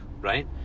right